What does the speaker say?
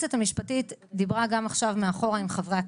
היועצת המשפטית דיברה גם עכשיו מאחורה עם חברי הכנסת,